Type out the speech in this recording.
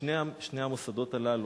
שני המוסדות הללו,